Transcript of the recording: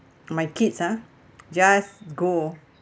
my kids ah just go